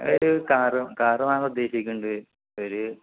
car വാങ്ങാൻ ഉദ്ദേശിക്കുന്നുണ്ട് ഒരു